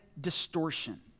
distortion